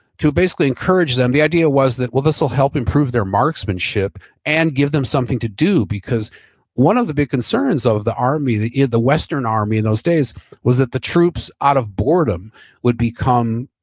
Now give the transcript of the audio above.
to basically encourage them. the idea was that, well this will help improve their marksmanship and give them something to do one of the big concerns of the army, the the western army in those days was that the troops out of boredom would become,